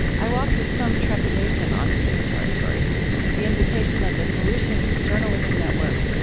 i walked with some trepidation onto this territory at the invitation of the solutions journalism network,